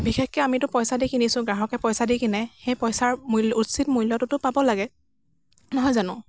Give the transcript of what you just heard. বিশেষকৈ আমিতো পইচা দি কিনিছোঁ গ্ৰাহকে পইচা দি কিনে সেই পইচাৰ মূল্য উচিত মূল্যটোতো পাব লাগে নহয় জানো